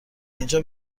اینجا